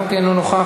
גם כן אינו נוכח.